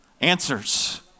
Answers